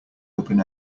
open